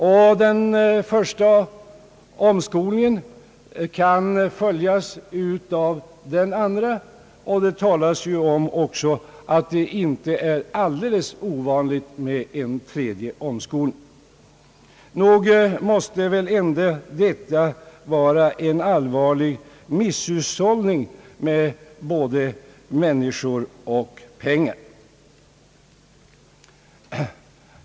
Och den första omskolningen kan följas av den andra, och det sägs att det inte lär vara alldeles ovanligt med en tredje omskolning. Nog måste väl ändå detta vara en allvarlig misshushållning med både människor och pengar.